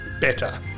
better